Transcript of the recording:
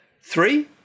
Three